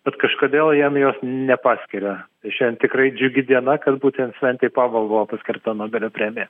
bet kažkodėl jam jos nepaskiria tai šian tikrai džiugi diena kad būtent sventei pabo buvo paskirta nobelio premija